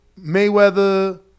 Mayweather